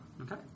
Okay